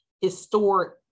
historic